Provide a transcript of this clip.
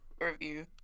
review